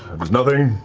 was nothing.